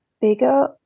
bigger